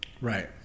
Right